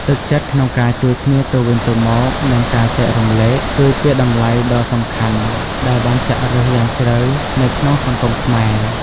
ទឹកចិត្តក្នុងការជួយគ្នាទៅវិញទៅមក និងការចែករំលែក គឺជាតម្លៃដ៏សំខាន់ដែលបានចាក់ឫសយ៉ាងជ្រៅនៅក្នុងសង្គមខ្មែរ។